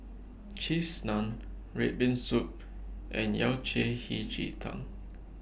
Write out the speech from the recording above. Cheese Naan Red Bean Soup and Yao Cai Hei Ji Tang